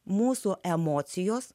mūsų emocijos